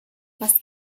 was